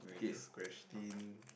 next question